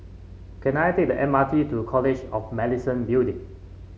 can I take the M R T to College of Medicine Building